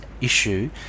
issue